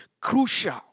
crucial